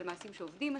על מעשים שעובדים עשו,